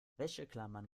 wäscheklammern